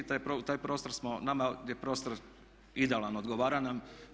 Taj prostor smo, nama je prostor idealan, odgovara nam.